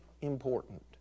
important